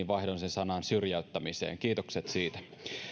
vaihdoin sen sanan syrjäyttämiseen kiitokset siitä